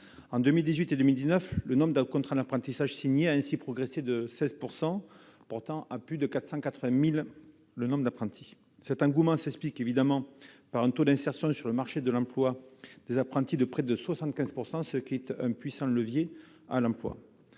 Entre 2018 et 2019, le nombre de contrats d'apprentissage signés a ainsi progressé de 16 %, portant à plus de 480 000 le nombre d'apprentis. Cet engouement s'explique notamment par un taux d'insertion sur le marché de l'emploi des apprentis de près de 75 %, ce qui en fait un puissant levier pour